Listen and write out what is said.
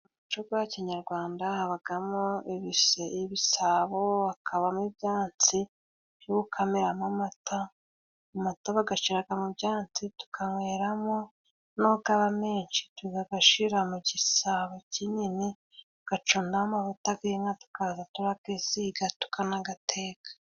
Mu muco wa kinyarwanda habamo ibisabo, hakabamo ibyansi byo gukamiramo amata, amata bayashyira mu byansi tukanyweramo, noneho yaba menshi tukayashyira mu gisabo kinini tugacundamo amavuta y'inka tukajya turayisiga tukanayateka.